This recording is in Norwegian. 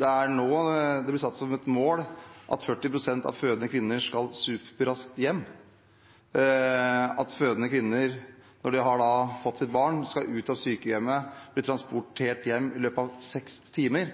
er nå det blir satt som et mål at 40 pst av kvinner som har født, skal superraskt hjem, og at de – når de har fått sitt barn – skal ut av sykehuset og bli transportert hjem i løpet av seks timer.